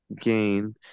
gain